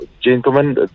Gentlemen